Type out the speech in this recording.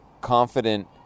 confident